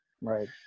Right